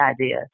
idea